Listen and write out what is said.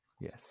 yes